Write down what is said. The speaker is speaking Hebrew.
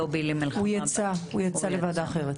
הוא יצא לוועדה אחרת.